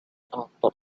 after